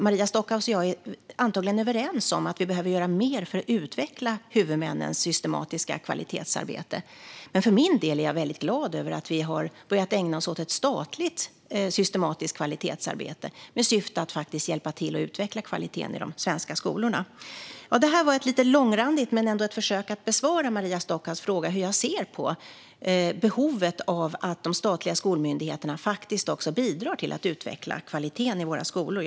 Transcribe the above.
Maria Stockhaus och jag är antagligen överens om att vi behöver mer för att utveckla huvudmännens systematiska kvalitetsarbete, men för min del är jag väldigt glad över att vi har börjat ägna oss åt ett statligt systematiskt kvalitetsarbete med syfte att faktiskt hjälpa till att utveckla kvaliteten i de svenska skolorna. Det här var ett lite långrandigt försök att besvara Maria Stockhaus fråga hur jag ser på behovet av att de statliga skolmyndigheterna faktiskt också bidrar till att utveckla kvaliteten i våra skolor.